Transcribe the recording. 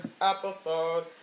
episode